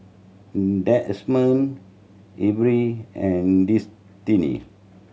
Demond Elby and Destinee